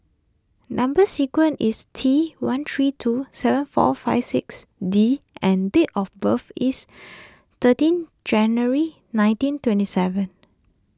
Number Sequence is T one three two seven four five six D and date of birth is thirteen January nineteen twenty seven